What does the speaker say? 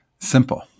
simple